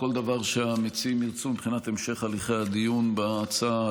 כל דבר שהמציעים ירצו מבחינת המשך הליכי הדיון בהצעה,